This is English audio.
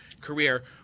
career